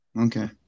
Okay